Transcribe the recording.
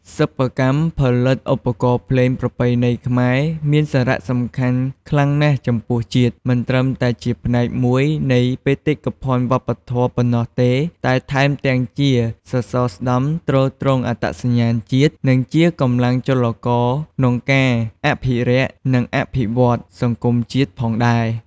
សិប្បកម្មផលិតឧបករណ៍ភ្លេងប្រពៃណីខ្មែរមានសារៈសំខាន់ខ្លាំងណាស់ចំពោះជាតិ មិនត្រឹមតែជាផ្នែកមួយនៃបេតិកភណ្ឌវប្បធម៌ប៉ុណ្ណោះទេ តែថែមទាំងជាសសរស្តម្ភទ្រទ្រង់អត្តសញ្ញាណជាតិ និងជាកម្លាំងចលករក្នុងការអភិរក្ស និងអភិវឌ្ឍន៍សង្គមជាតិផងដែរ។